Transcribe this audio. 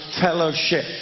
fellowship